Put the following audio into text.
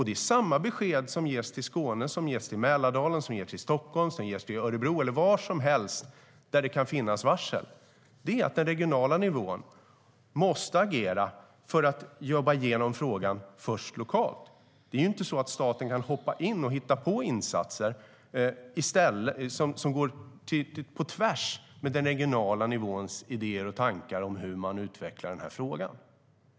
Det är samma besked som ges till Skåne som till Mälardalen, Stockholm, Örebro eller var som helst där det kan komma varsel, och det beskedet är att den regionala nivån måste agera först och jobba igenom frågan lokalt. Staten kan ju inte hoppa in och hitta på insatser som går på tvärs med den regionala nivåns idéer och tankar om hur man utvecklar frågan.